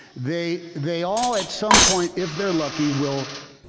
they they all at some point if they're lucky will,